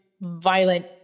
violent